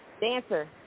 Dancer